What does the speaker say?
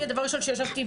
אני הדבר הראשון שישבתי,